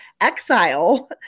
exile